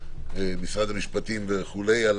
משרד המשפטים וכו' על